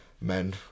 men